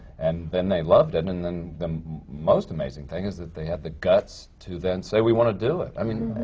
and then they loved it, and and then the most amazing thing is that they had the guts to then say, we want to do it. i mean,